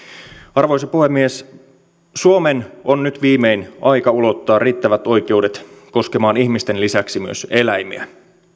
arvoisa puhemies suomen on nyt viimein aika ulottaa riittävät oikeudet koskemaan ihmisten lisäksi myös eläimiä